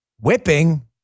Whipping